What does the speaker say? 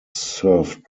served